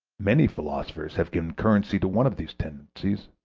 many philosophers have given currency to one of these tendencies,